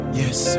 yes